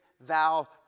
thou